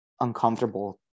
uncomfortable